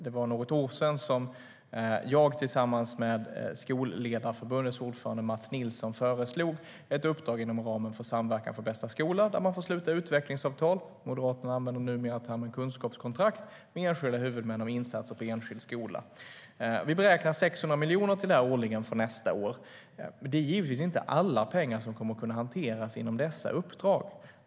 Det var för något år sedan som jag tillsammans med Skolledarförbundets ordförande Matz Nilsson föreslog ett uppdrag inom ramen för Samverkan för bästa skola, där man får sluta utvecklingsavtal - Moderaterna använder numera termen "kunskapskontrakt" - med enskilda huvudmän om insatser på enskild skola. Vi beräknar 600 miljoner till det här årligen från och med nästa år, men det är givetvis inte alla pengar som kommer att kunna hanteras genom dessa uppdrag.